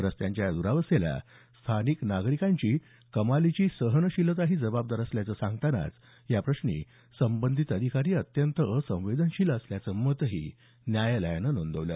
रस्त्यांच्या या दुरावस्थेला स्थानिक नागरिकांची कमालीची सहनशीलता जबाबदार असल्याचं सांगतानाच या प्रश्नी संबंधित अधिकारी अत्यंत असंवेदनशील असल्याचं मतही न्यायालयानं नोंदवलं